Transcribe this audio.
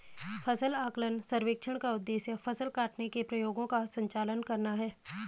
फसल आकलन सर्वेक्षण का उद्देश्य फसल काटने के प्रयोगों का संचालन करना है